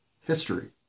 history